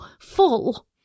full